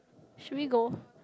should we go